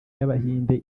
y’abahinde